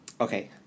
okay